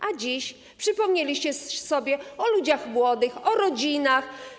A dziś przypomnieliście sobie o ludziach młodych, o rodzinach.